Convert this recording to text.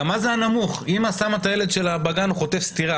עו"ד אשל, בבקשה.